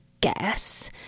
guess